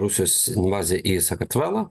rusijos invazija į sakartvelą